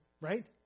right